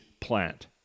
plant